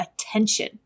attention